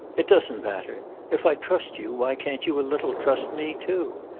it doesn't matter. if i trust you why can't you a little trust me too?